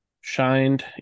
shined